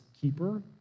keeper